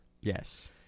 Yes